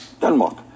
Denmark